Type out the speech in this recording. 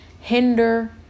hinder